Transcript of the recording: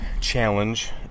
challenge